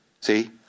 See